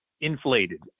inflated